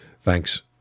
Thanks